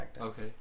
Okay